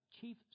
chief